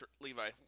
Levi